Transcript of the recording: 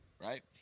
right